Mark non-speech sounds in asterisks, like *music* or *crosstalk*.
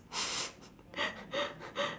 *laughs*